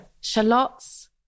shallots